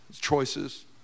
choices